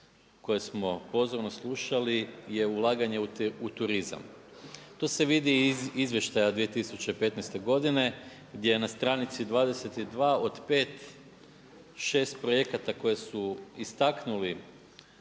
koje smo pozorno slušali je ulaganje u turizam. To se vidi i iz izvještaja 2015. godine gdje je na stranici 22. od pet, šest projekata koje su istaknuli